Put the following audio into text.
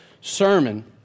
sermon